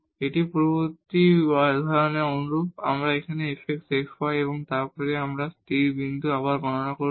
এটি পূর্ববর্তী উদাহরণের অনুরূপ তাই আমরা fxfy এবং তারপর স্টেসেনারি পয়েন্ট আবার গণনা করব